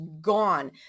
gone